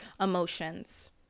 emotions